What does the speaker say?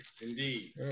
indeed